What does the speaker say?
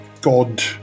god